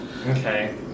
Okay